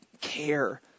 care